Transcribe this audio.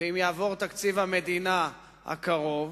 ואם יעבור תקציב המדינה הקרוב,